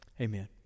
Amen